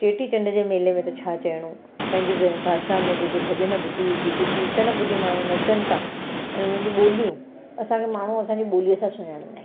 चेटीचंड जे मेले में त छा चइणो पंहिंजी भ भाषा में जेके भॼन ॿुधी जेके कीर्तन ॿुधी माण्हू नचनि ता ऐं उन्हनि जी ॿोलियूं असांखे माण्हू असांजी ॿोलीअ सां सुञाणींदा आहिनि